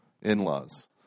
In-laws